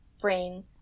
brain